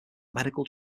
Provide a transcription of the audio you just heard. medical